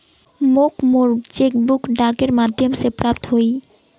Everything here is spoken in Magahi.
मोक मोर चेक बुक डाकेर माध्यम से प्राप्त होइए